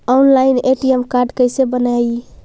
Online ATM card कैसे बनाई?